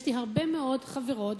יש לי הרבה מאוד חברות,